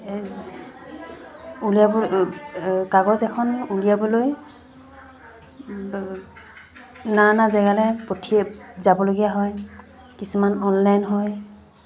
উলিয়াব কাগজ এখন উলিয়াবলৈ নানা জেগালৈ পঠিয়াই যাবলগীয়া হয় কিছুমান অনলাইন হয়